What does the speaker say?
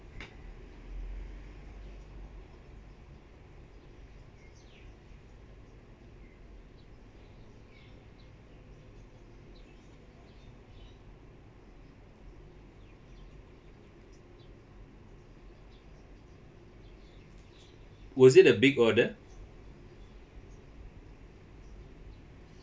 was it a big order